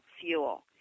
fuel